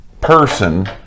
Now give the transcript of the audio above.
person